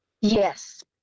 Yes